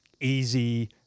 easy